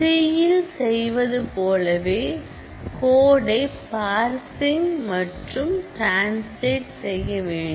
C ல் செய்வது போலவே கோடை பார்சிங் மற்றும் ட்ரான்ஸ்லேட் செய்ய வேண்டும்